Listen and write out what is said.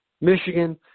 Michigan